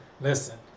listen